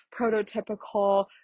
prototypical